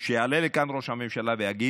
שיעלה לכאן ראש הממשלה ויגיד: